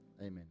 amen